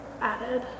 added